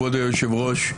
כבוד היושב-ראש,